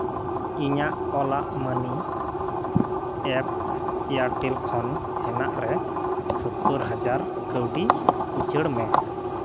ᱤᱧᱟᱹᱜ Ola money app Airtel ᱠᱷᱚᱱ ᱦᱮᱱᱟᱜ ᱨᱮ ᱥᱚᱛᱛᱚᱨ ᱦᱟᱡᱟᱨ ᱠᱟᱹᱣᱰᱤ ᱩᱪᱟᱹᱲ ᱢᱮ